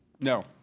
No